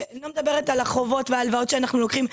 אני לא מדברת על החובות והלוואות שאנחנו לוקחים.